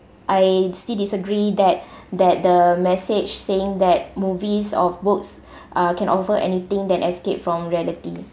I still disagree that that the message saying that movies or books uh can offer anything than escape from reality